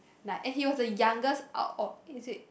like and he was the youngest out of is it